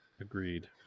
Agreed